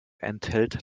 enthält